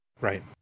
right